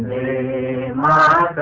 a law